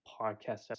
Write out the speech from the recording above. podcast